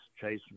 chasing